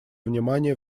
внимание